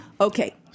Okay